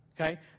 Okay